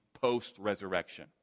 post-resurrection